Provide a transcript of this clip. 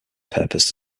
purposed